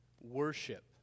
worship